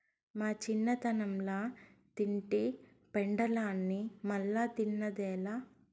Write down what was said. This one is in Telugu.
మా చిన్నతనంల తింటి పెండలాన్ని మల్లా తిన్నదేలా